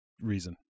reason